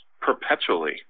perpetually